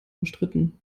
umstritten